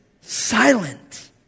silent